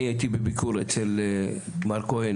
אני הייתי בביקור אצל מר כהן,